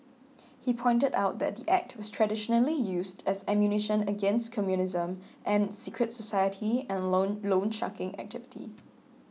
he pointed out that the Act was traditionally used as ammunition against communism and secret society and loan loansharking activities